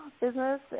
business